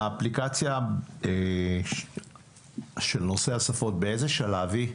האפליקציה של נושא השפות באיזה שלב היא?